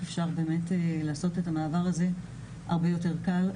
אפשר באמת לעשות את המעבר הזה הרבה יותר קל.